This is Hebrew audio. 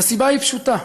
והסיבה היא פשוטה,